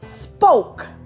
spoke